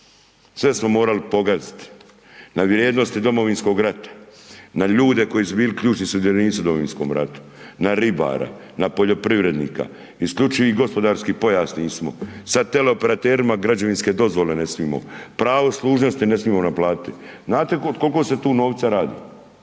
sve smo morali pogaziti, na vrijednosti Domovinskoga rata, na ljude koji su bil ključni sudionici u Domovinskome ratu, na ribara, na poljoprivrednika, na isključivi gospodarski pojas nismo, sad teleoperaterima građevinske dozvole ne smijemo, pravo služnosti ne smijemo naplatiti, znate o koliko se tu novca radi,